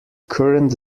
current